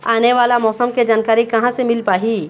आने वाला मौसम के जानकारी कहां से मिल पाही?